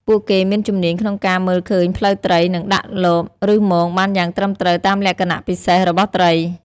ពួកគេមានជំនាញក្នុងការមើលឃើញផ្លូវត្រី និងដាក់លប ឬមងបានយ៉ាងត្រឹមត្រូវតាមលក្ខណៈពិសេសរបស់ត្រី។